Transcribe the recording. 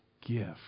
gift